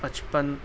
پچپن